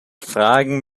fragen